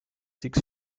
six